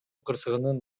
кырсыгынын